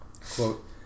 Quote